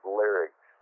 lyrics